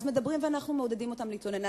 אז מדברים, ואנחנו מעודדים אותם להתלונן.